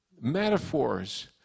metaphors